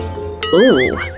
ooh!